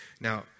Now